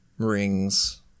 Rings